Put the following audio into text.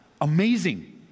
amazing